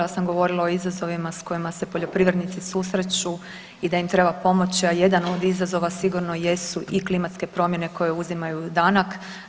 Ja sam govorila o izazovima sa kojima se poljoprivrednici susreću i da im treba pomoći, a jedan od izazova sigurno jesu i klimatske promjene koje uzimaju danak.